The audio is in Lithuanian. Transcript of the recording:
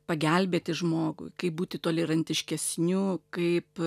pagelbėti žmogui kaip būti tolerantiškesniu kaip